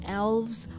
elves